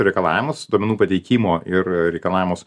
reikalavimus duomenų pateikimo ir reikalavimus